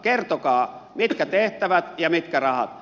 kertokaa mitkä tehtävät ja mitkä rahat